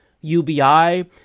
ubi